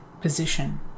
position